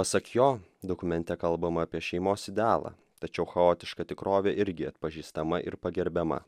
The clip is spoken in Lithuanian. pasak jo dokumente kalbama apie šeimos idealą tačiau chaotiška tikrovė irgi atpažįstama ir pagerbiama